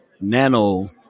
nano